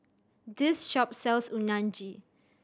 this shop sells Unagi